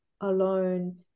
alone